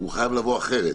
הוא חייב לבוא אחרת.